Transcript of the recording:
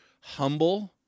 humble